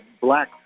Black